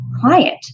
client